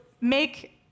make